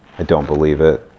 don't believe it.